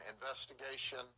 investigation